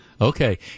Okay